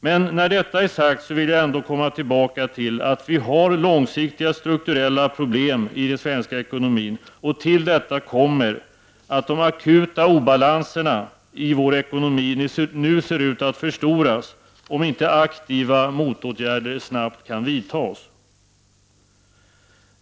Efter det att det här har sagts vill jag framhålla att vi har långsiktiga strukturella problem inom den svenska ekonomin. Därtill kommer att de akuta oblanserna i vår ekonomi nu ser ut att förstoras, om inte aktiva åtgärder snart vidtas.